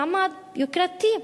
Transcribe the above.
מעמד יוקרתי,